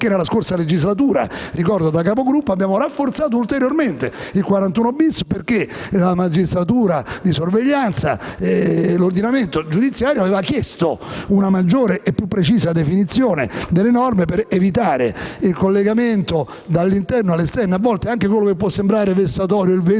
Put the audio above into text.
anche nella scorsa legislatura, quando ero Capogruppo, abbiamo rafforzato ulteriormente il 41*-bis* perché la magistratura di sorveglianza e l'ordinamento giudiziario avevano chiesto una maggiore e più precisa definizione delle norme, per evitare il collegamento dall'interno all'esterno. A volte anche quello che può sembrare vessatorio (il vetro